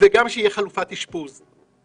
וגם חלופת אשפוז.